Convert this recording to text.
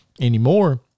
anymore